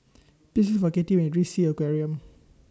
Please Look For Katie when YOU REACH Sea Aquarium